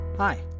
Hi